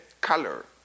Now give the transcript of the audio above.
color